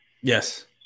Yes